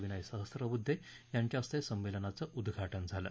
विनय सहस्त्रबुद्धे यांच्याहस्ते संमेलनाचं उदघाटन झालं